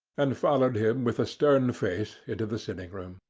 and followed him with a stern face into the sitting-room.